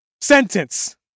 sentence